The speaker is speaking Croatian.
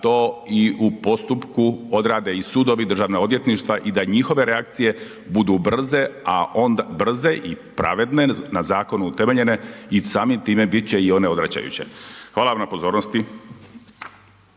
to i u postupku odrade i sudovi, i državna odvjetništva i da njihove reakcije budu brze, a onda, brze i pravedne, na zakonu utemeljene i samim time bit će i one odvraćajuće. Hvala vam na pozornosti.